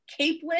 capelet